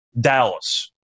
Dallas